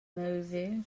movie